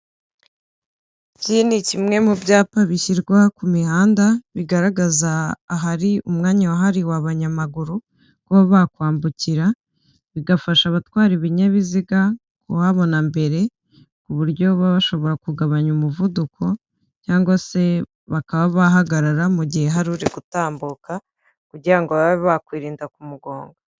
Iki ni ni kimwe mu byapa bishyirwa ku mihanda bigaragaza ahari umwanya wahariwe abanyamaguru, bo bakwambukira bigafasha abatwara ibinyabiziga, kuhabona mbere, ku buryo baba bashobora kugabanya umuvuduko cyangwa se bakaba bahagarara mu gihe hari uri gutambuka kugira ngo babe bakwirinda ku mugonga.